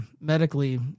medically